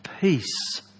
peace